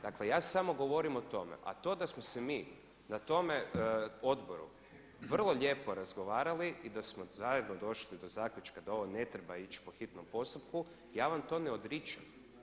Dakle, ja samo govorim o tome, a to da smo se mi na tome odboru vrlo lijepo razgovarali i da smo zajedno došli do zaključka da ovo ne treba ići po hitnom postupku ja vam to ne odričem.